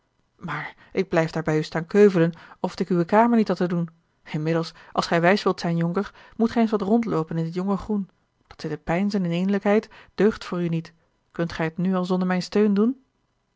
maar ik blijf daar bij u staan keuvelen oft ik uwe kamer niet had te doen inmiddels als gij wijs wilt zijn jonker moet gij eens wat rondloopen in t jonge groen dat zitten peinzen in eenlijkheid deugt voor u niet kunt gij het nu al zonder mijn steun doen